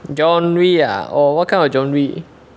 genre uh oh what kind of genre